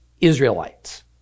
Israelites